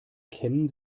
ken